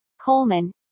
coleman